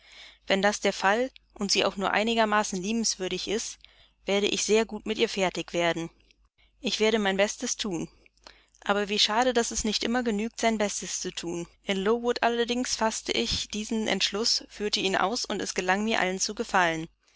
wenn das der fall und sie auch nur einigermaßen liebenswürdig ist werde ich sehr gut mit ihr fertig werden ich werde mein bestes thun aber wie schade daß es nicht immer genügt sein bestes zu thun in lowood allerdings faßte ich diesen entschluß führte ihn aus und es gelang mir allen zu gefallen